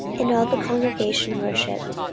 and all the congregation worshipped,